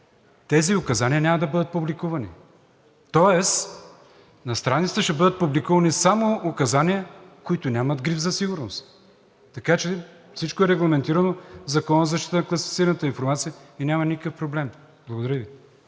тези указания няма да бъдат публикувани. Тоест на страницата ще бъдат публикувани само указания, които нямат гриф за сигурност. Така че всичко е регламентирано в Закона за защита на класифицираната информация и няма никакъв проблем. Благодаря Ви.